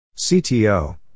CTO